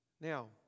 Now